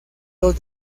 los